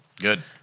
Good